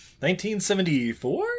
1974